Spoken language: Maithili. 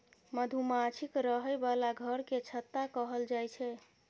मधुमाछीक रहय बला घर केँ छत्ता कहल जाई छै